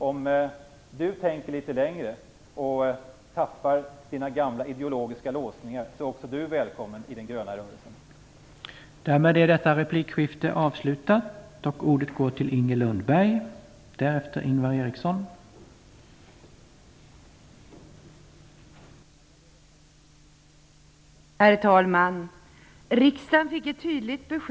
Om du tänker litet längre och släpper dina gamla ideologiska låsningar är du välkommen i den gröna rörelsen, Widar Andersson.